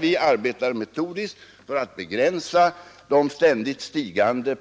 Vi arbetar metodiskt för att begränsa den ständigt stigande